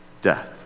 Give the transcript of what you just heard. death